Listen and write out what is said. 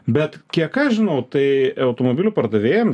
bet kiek aš žinau tai automobilių pardavėjam